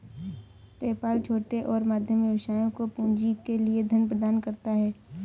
PayPal छोटे और मध्यम व्यवसायों को पूंजी के लिए धन प्रदान करता है